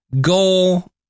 goal